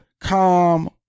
Calm